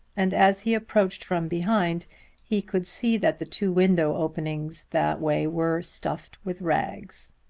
and as he approached from behind he could see that the two windows opening that way were stuffed with rags.